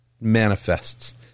manifests